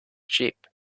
sheep